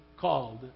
called